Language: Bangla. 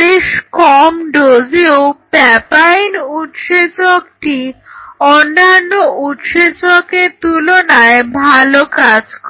বেশ কম ডোজেও প্যাপাইন উৎসেচকটি অন্যান্য উৎসেচকের তুলনায় ভালো কাজ করে